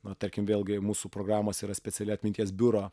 na tarkim vėlgi mūsų programos yra speciali atminties biuro